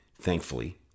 thankfully